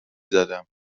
زدم